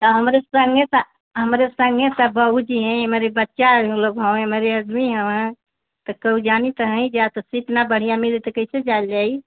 तौ हमरे संगे हमरे संगे सब बहू जी हैं हमरे बच्चा हम लोग होवैं हमरे अदमी होवैं तो कहु जानित नहीं जा तो सीत न बढ़िया मिली तो कैसे जार जाई